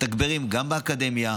מתגברים גם באקדמיה,